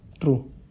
True